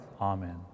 Amen